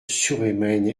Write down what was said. surhumaine